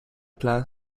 placed